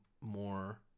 more